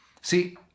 See